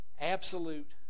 absolute